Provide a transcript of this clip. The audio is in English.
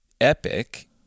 Epic